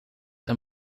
een